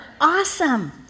awesome